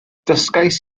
dysgais